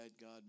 God